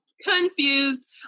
Confused